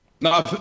No